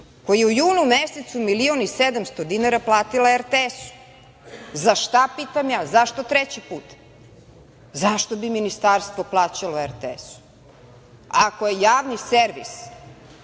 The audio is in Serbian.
koji je u junu mesecu milion i 700 dinara platila RTS-u. Za šta, pitam ja? Zašto treći put? Zašto bi Ministarstvo plaćalo RTS-u, ako je javni servis